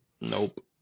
Nope